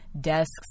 Desks